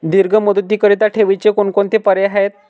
दीर्घ मुदतीकरीता ठेवीचे कोणकोणते पर्याय आहेत?